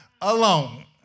alone